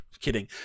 Kidding